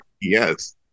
Yes